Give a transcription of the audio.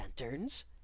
lanterns